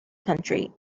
country